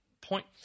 point